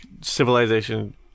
civilization